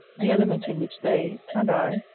the element in which they, and i,